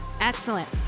Excellent